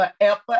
forever